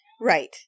Right